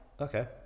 Okay